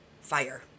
fire